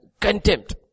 contempt